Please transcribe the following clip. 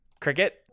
Cricket